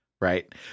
right